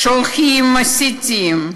שולחים מסיתים.